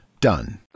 done